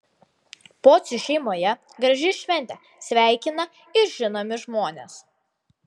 pocių šeimoje graži šventė sveikina ir žinomi žmonės